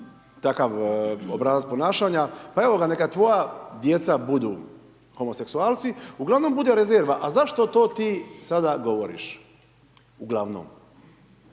takav obrazac ponašanja, pa evo ga neka tvoja djeca budu homoseksualci uglavnom bude rezerva a zašto to ti sada govoriš uglavnom.